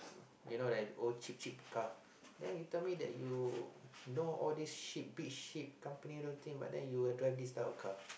you know like those old cheap cheap car then you tell me that you know all these ship big ship company I don't think but then you drive this type of car